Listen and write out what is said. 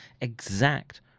exact